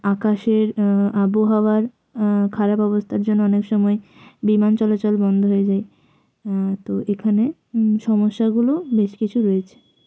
আকাশের আবহাওয়ার খারাপ অবস্থার জন্য অনেক সময় বিমান চলাচল বন্ধ হয়ে যায় তো এখানে সমস্যাগুলো বেশ কিছু রয়েছে